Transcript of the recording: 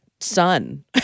son